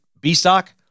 B-Stock